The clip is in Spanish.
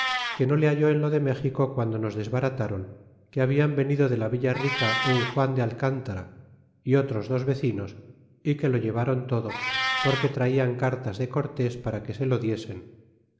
que no se halló en lo de méxico guando nos desbarataron que habian venido de la villa rica un juan de alean tara y otros dos vecinos é que lo llevaron todo porque traian cartas de cortés para que se lo diesen